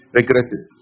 regretted